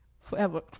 forever